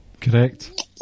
correct